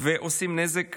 ועושים נזק